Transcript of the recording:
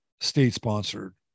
state-sponsored